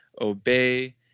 obey